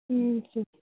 sir